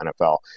NFL